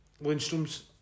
Lindstrom's